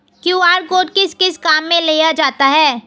QR code किस किस काम में लिया जाता है?